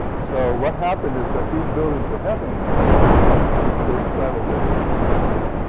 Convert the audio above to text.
so what happened is that these buildings were heavy enough that they settled into the landfill.